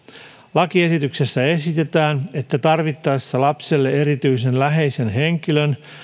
lakiesityksessä esitetään että tarvittaessa lapselle erityisen läheisen henkilön